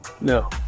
No